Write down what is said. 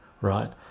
right